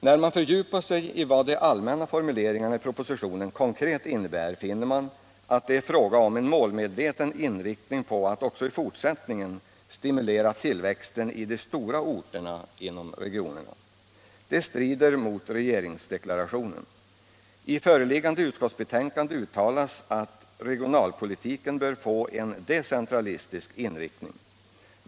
När man fördjupar sig i vad de allmänna formuleringarna i propositionen konkret innebär, finner man att det är fråga om en målmedveten inriktning på att också i fortsättningen stimulera tillväxten av de stora orterna inom regionerna. Det strider mot regeringsdeklarationen. I föreliggande utskottsbetänkande uttalas att regionalpolitiken bör få en decentralistisk inriktning.